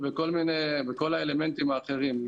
וכל האלמנטים האחרים,